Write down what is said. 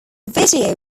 video